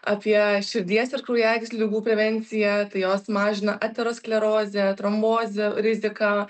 apie širdies ir kraujagyslių ligų prevenciją tai jos mažina aterosklerozę trombozę riziką